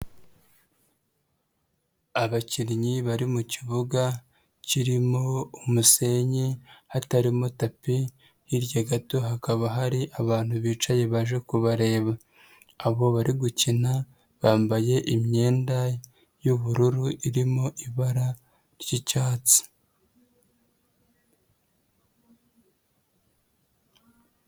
Abakinnyi bari mu kibuga kirimo umusenyi, hatarimo tapi, hirya gato hakaba hari abantu bicaye baje kubareba. Abo bari gukina bambaye imyenda y'ubururu, irimo ibara ry'icyatsi.